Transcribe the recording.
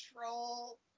troll